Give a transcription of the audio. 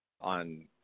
on